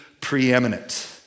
preeminent